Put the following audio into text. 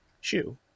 shoe